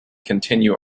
continue